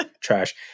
trash